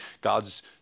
God's